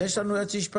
יש לנו כאן יועץ משפטי.